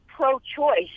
pro-choice